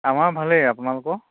আমাৰ ভালেই আপোনালোকৰ